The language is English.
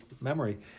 memory